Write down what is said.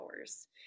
hours